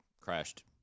crashed